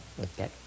okay